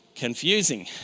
confusing